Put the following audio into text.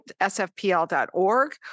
sfpl.org